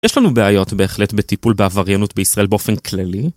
יש לנו בעיות בהחלט בטיפול בעבריינות בישראל באופן כללי.